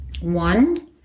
One